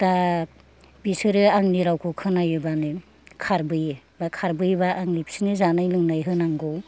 दा बिसोरो आंनि रावखौ खोनायोब्लानो खारबोयो बा खारबोयोब्ला आङो बिसोरनो जानाय लोंनाय होनांगौ